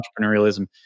entrepreneurialism